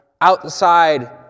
outside